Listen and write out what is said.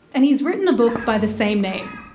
and he's written a book by the same name.